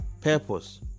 purpose